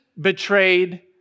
betrayed